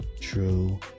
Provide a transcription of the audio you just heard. true